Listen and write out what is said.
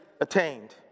attained